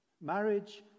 Marriage